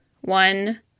one